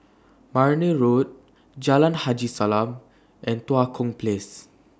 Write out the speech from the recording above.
Marne Road Jalan Haji Salam and Tua Kong Place